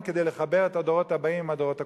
כדי לחבר את הדורות הבאים עם הדורות הקודמים.